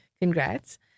congrats